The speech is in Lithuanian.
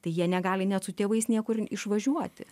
tai jie negali net su tėvais niekur išvažiuoti